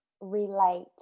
relate